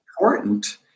important